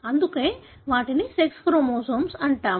అందుకే వాటిని సెక్స్ క్రోమోజోములు అంటారు